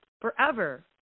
forever